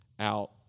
out